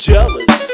Jealous